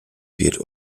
wird